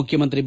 ಮುಖ್ಯಮಂತ್ರಿ ಬಿ